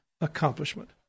accomplishment